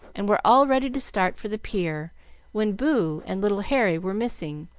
and were all ready to start for the pier when boo and little harry were missing.